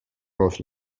both